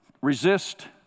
Resist